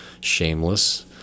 shameless